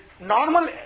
normal